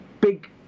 big